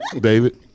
David